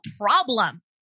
problem